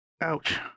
Ouch